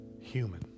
human